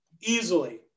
Easily